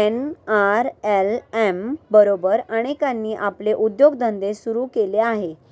NRLM बरोबर अनेकांनी आपले उद्योगधंदे सुरू केले आहेत